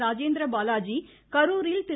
ராஜேந்திரபாலாஜி கருரில் திரு